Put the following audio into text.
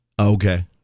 okay